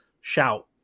shout